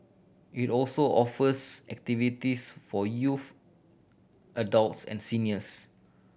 it also offers activities for youth adults and seniors